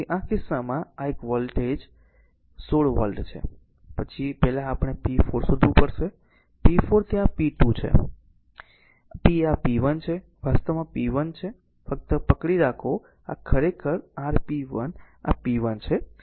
તેથી આ કિસ્સામાં અને આ વોલ્ટેજ 16 વોલ્ટ છે પછી પહેલા આપણે p 4 શોધવું પડશે p 4 ત્યાં p2 છે p આ p 1 છે આ વાસ્તવમાં p 1 છે ફક્ત મને પકડી રાખો આ ખરેખર છે rp 1 આ p 1 છે